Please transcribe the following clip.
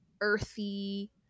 earthy